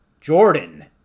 Jordan